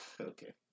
okay